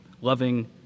loving